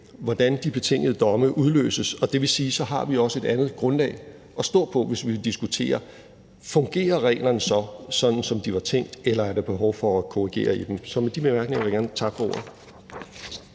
hvordan de betingede domme udløses. Det vil sige, at så har vi også et andet grundlag at stå på, hvis vi vil diskutere, om reglerne fungerer, som de var tænkt, eller om der er behov for at korrigere dem. Så med de bemærkninger vil jeg gerne takke for ordet.